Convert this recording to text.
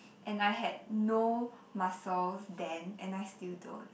and I had no muscles then and I still don't